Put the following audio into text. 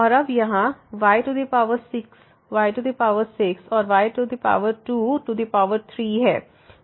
और अब यहाँ y6 y6 औरy23 है